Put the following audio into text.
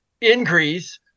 increase